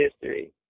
history